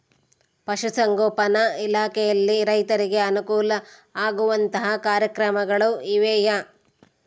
ಪಶುಸಂಗೋಪನಾ ಇಲಾಖೆಯಲ್ಲಿ ರೈತರಿಗೆ ಅನುಕೂಲ ಆಗುವಂತಹ ಕಾರ್ಯಕ್ರಮಗಳು ಇವೆಯಾ?